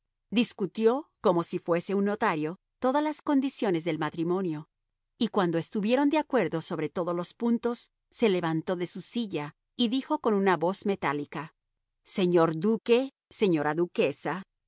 discutió como si fuese un notario todas las condiciones del matrimonio y cuando estuvieron de acuerdo sobre todos los puntos se levantó de su silla y dijo con una voz metálica señor duque señora duquesa